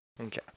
Okay